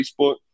Facebook